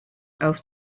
auf